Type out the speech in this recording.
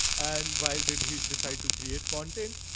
and why did he decide to create content?